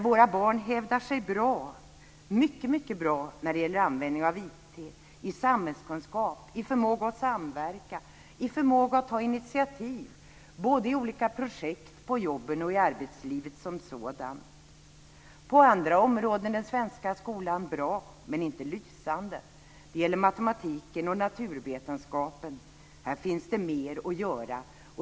Våra barn hävdar sig mycket bra när det gäller användning av IT, i samhällskunskap, i förmåga att samverka och i förmåga att ta initiativ i olika projekt, på jobben och i arbetslivet som sådant. På andra områden är den svenska skolan bra, men inte lysande. Det gäller matematiken och naturvetenskapen. Här finns det mer att göra.